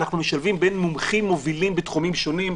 אנחנו משלבים בין מומחים מובילים בתחומים שונים.